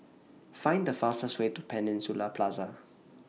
Find The fastest Way to Peninsula Plaza